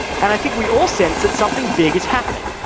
and i think we all sense that something big is happening.